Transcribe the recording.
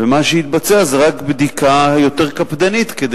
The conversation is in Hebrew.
ומה שיתבצע זה רק בדיקה יותר קפדנית כדי